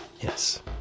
Yes